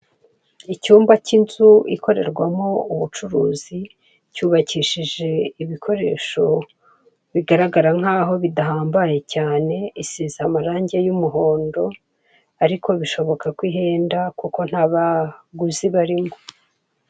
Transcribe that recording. Icyumba cy'inzu ikorerwamo ubucuruzi cyubakishijwe ibikoresho bigaragara nk'aho bidahambaye cyane, isize amaranga y'umuhondo ariko bishoboka ko ihenda kuko ntabaguzi barimo.